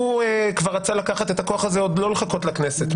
הוא כבר רצה לקחת את הכוח הזה, ולא לחכות לכנסת.